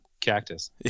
cactus